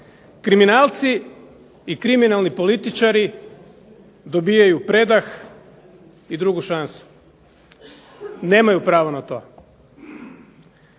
Kriminalci i kriminalni političari dobivaju predah i drugu šansu. Nemaju pravo na to.